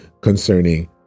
concerning